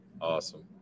Awesome